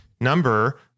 number